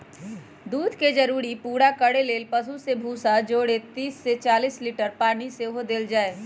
दूध के जरूरी पूरा करे लेल पशु के भूसा जौरे तीस से चालीस लीटर पानी सेहो देल जाय